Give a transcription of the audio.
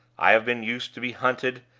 i have been used to be hunted,